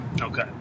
Okay